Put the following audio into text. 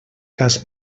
cas